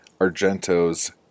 Argento's